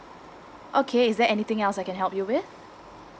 okay is there anything else I can help you with